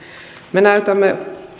me näytämme